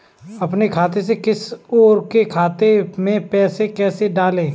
अपने खाते से किसी और के खाते में पैसे कैसे डालें?